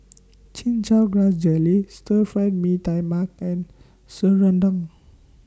Chin Chow Grass Jelly Stir Fried Mee Tai Mak and Serunding